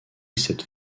cette